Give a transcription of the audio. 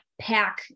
pack